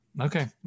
Okay